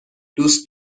دوست